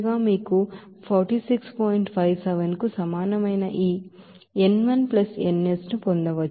57 కు సమానమైన ఈ nl ns ను పొందవచ్చు